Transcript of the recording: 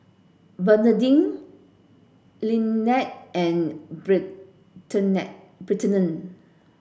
Bernardine Linette and